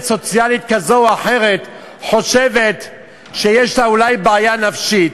סוציאלית כזאת או אחרת חושבת שיש לה אולי בעיה נפשית,